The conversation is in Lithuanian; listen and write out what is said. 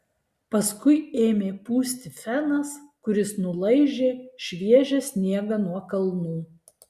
paskui ėmė pūsti fenas kuris nulaižė šviežią sniegą nuo kalnų